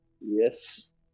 Yes